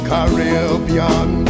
Caribbean